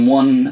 one